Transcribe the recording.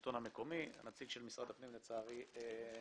לשלטון המקומי הנציג של משרד הפנים לצערי עזב.